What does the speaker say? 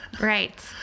Right